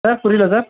ஆ புரியல சார்